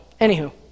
anywho